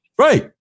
Right